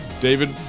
David